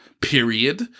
period